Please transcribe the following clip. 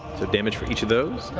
damage for each of those.